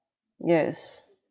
yes